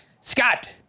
Scott